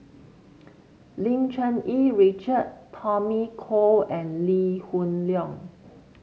Lim Cherng Yih Richard Tommy Koh and Lee Hoon Leong